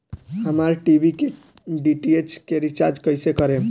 हमार टी.वी के डी.टी.एच के रीचार्ज कईसे करेम?